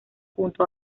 junto